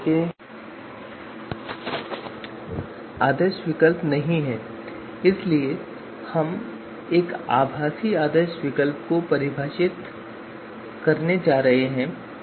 तो यह उस लेखक पर निर्भर करता है जिसने वास्तव में उन कार्यों और सामान्यीकरण प्रक्रिया को लिखा है जिसे उन्होंने वहां लागू किया होगा